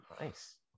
Nice